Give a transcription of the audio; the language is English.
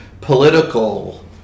political